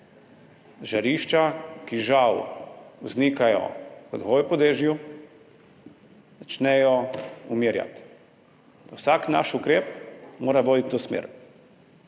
žarišča, ki žal vznikajo kot gobe po dežju, začnejo umirjati. Vsak naš ukrep mora voditi v to smer.